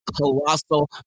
colossal